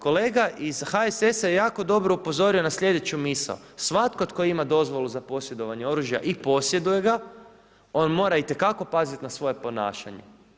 Kolega iz HSS-a je jako dobro upozorio na sljedeću misao, svatko tko ima dozvolu za posjedovanje oružje i posjeduje ga, on mora itekako paziti na svoje ponašanje.